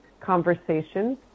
conversation